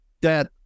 that-